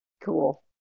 Cool